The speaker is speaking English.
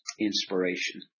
inspiration